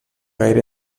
gaire